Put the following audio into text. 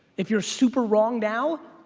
if your super wrong now,